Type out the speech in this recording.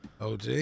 OG